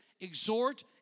exhort